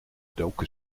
doken